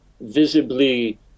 visibly